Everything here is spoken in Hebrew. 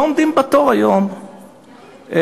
לא עומדים בתור היום להיות דבוראים,